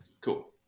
Cool